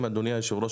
אדוני היושב-ראש,